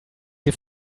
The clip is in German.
sie